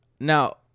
now